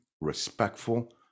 respectful